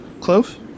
Clove